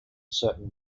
certain